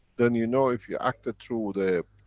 then you know if you acted through the